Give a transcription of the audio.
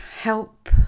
help